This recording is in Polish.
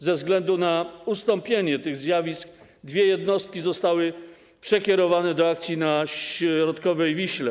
Ze względu na ustąpienie tych zjawisk dwie jednostki zostały przekierowane do akcji na środkowej Wiśle.